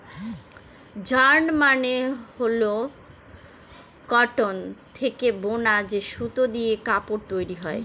yarn মানে হল cotton থেকে বুনা যে সুতো দিয়ে কাপড় তৈরী হয়